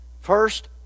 First